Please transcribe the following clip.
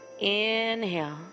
Inhale